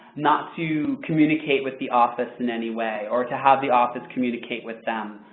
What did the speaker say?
not to communicate with the office in any way, or to have the office communicate with them.